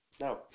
No